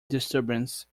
disturbance